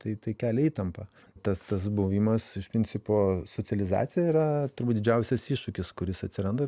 tai tai kelia įtampą tas tas buvimas iš principo socializacija yra turbūt didžiausias iššūkis kuris atsiranda